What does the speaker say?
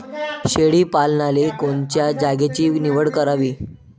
शेळी पालनाले कोनच्या जागेची निवड करावी?